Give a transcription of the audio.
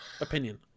opinion